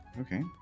Okay